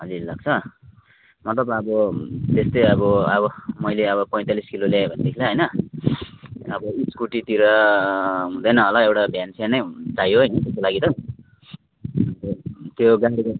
अलिअलि लाग्छ मतलब अब त्यस्तै अब अब मैले अब पैँतालिस किलो ल्याएँ भनेदेखिलाई होइन अब स्कुटीतिर हुँदैन होला एउटा भ्यान स्यान नै चाहियो होइन त्यसको लागि त त्यो